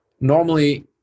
normally